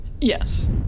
yes